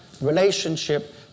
relationship